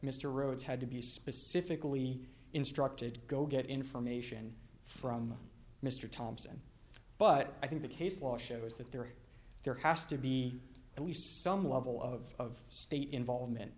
mr rhodes had to be specifically instructed to go get information from mr thompson but i think the case law shows that there are there has to be at least some level of state involvement